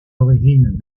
origines